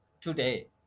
today